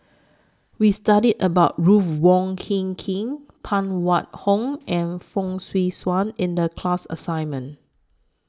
We studied about Ruth Wong Hie King Phan Wait Hong and Fong Swee Suan in The class assignment